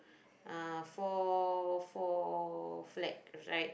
uh four four flag right